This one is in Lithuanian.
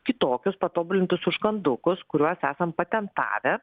kitokius patobulintus užkandukus kuriuos esam patentavę